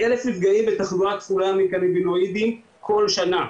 1,000 נפגעים בתחלואה כפולה מקנבינואידים כל שנה.